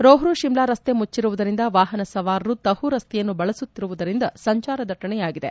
rope Shimla ರಸ್ತೆ ಮುಚ್ಚರುವುದರಿಂದ ವಾಹನ ಸವಾರರು ತಹು ರಸ್ತೆಯನ್ನು ಬಳಸುತ್ತಿರುವದರಿಂದ ಸಂಚಾರ ದಟ್ಟಣೆಯಾಗಿದೆ